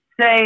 say